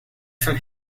from